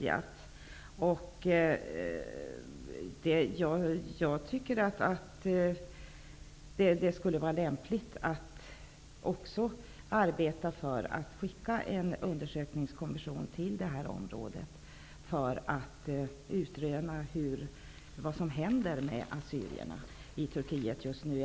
Jag tycker att det vore lämpligt att också arbeta för att skicka en undersökningskommission till detta område för att utröna vad som händer med assyrierna i Turkiet just nu.